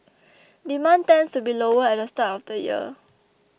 demand tends to be lower at the start of the year